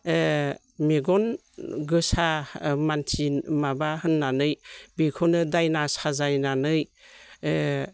ओ मेगन गोसा मानसि माबा होननानै बेखौनो दायना साजायनानै ओ